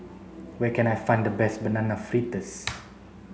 where can I find the best banana fritters